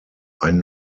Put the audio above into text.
ein